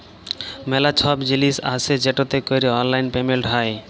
ম্যালা ছব জিলিস আসে যেটতে ক্যরে অললাইল পেমেলট হ্যয়